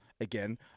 Again